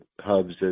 hubs